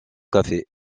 café